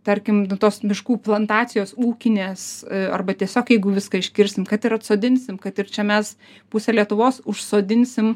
tarkim tos miškų plantacijos ūkinės arba tiesiog jeigu viską iškirsim kad ir atsodinsim kad ir čia mes pusę lietuvos užsodinsim